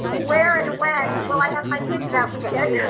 where and when? will i have my kids that weekend?